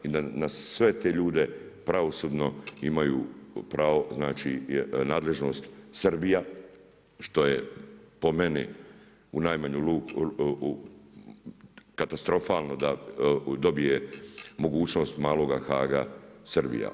I da na sve te ljude pravosudno imaju pravo, znači nadležnost Srbija što je po meni u najmanju ruku katastrofalno da dobije mogućnost maloga Haaga Srbija.